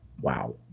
Wow